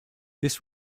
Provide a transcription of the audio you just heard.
this